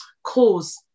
cause